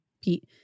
pete